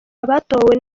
abatowe